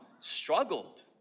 struggled